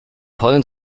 pollen